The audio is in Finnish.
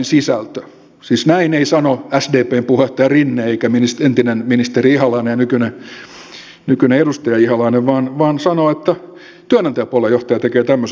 siis näin ei sano sdpn puheenjohtaja rinne eikä entinen ministeri ihalainen ja nykyinen edustaja ihalainen vaan työantajapuolen johtaja tekee tämmöisen arvion